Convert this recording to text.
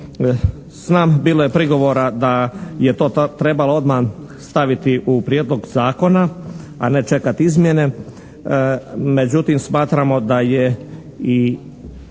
Znam, bilo je prigovora da je to trebalo odmah staviti u prijedlog zakona a ne čekati izmjene, međutim smatramo da je i